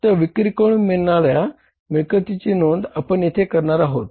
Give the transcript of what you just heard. फक्त विक्री करून मिळणाऱ्या मिळकतीची नोंद आपण येथे करणार आहोत